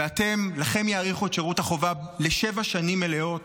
ולכם יאריכו את שירות החובה לשבע שנים מלאות,